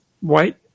white